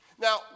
Now